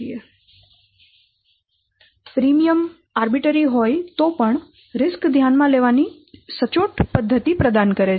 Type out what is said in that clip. તેથી premium arbitrary હોય તો પણ જોખમો ધ્યાનમાં લેવાની સચોટ પદ્ધતિ પ્રદાન કરે છે